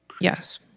Yes